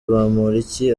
bamporiki